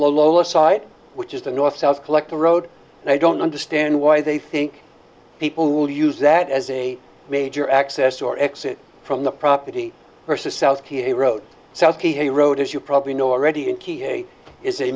lower side which is the north south collector road and i don't understand why they think people will use that as a major access or exit from the property versus out a road se a road as you probably know already in ky hay is a